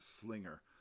Slinger